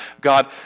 God